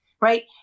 Right